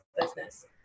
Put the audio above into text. business